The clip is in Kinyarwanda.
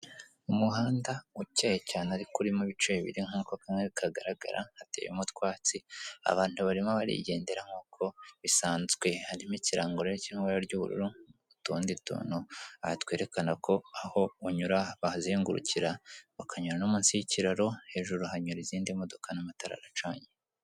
Umuhanda ukeye cyane ariko urimo ibice bibiri nk'uko kamwe kagaragara kateyemo utwatsi abantu barimo barigendera nk'uko bisanzwe harimo ikirango cyo mu ibara ry'ubururu nu tundi tuntu aha twerekana ko aho unyura bahazengukira bakanyura no munsi y'ikiraro hejuru hanyura izindi modoka n'amatara aracanye.